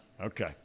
Okay